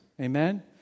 Amen